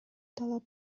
талап